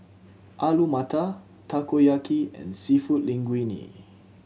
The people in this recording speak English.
Alu Matar Takoyaki and Seafood Linguine